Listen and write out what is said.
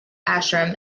ashram